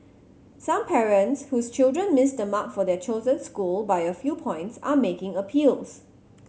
some parents whose children missed the mark for their chosen school by a few points are making appeals